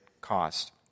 cost